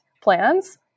plans